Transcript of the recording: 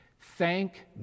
Thank